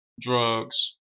drugs